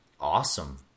awesome